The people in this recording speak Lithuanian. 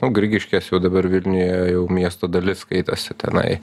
grigiškės jau dabar vilniuje jau miesto dalis skaitosi tenai